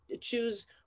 choose